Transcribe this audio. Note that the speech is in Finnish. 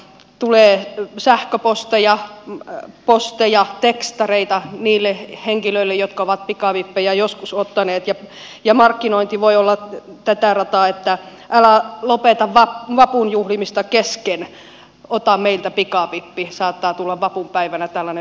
tulee sähköposteja posteja tekstareita niille henkilöille jotka ovat pikavippejä joskus ottaneet ja markkinointi voi olla tätä rataa että älä lopeta vapun juhlimista kesken ota meiltä pikavippi saattaa tulla vapunpäivänä tällainen viesti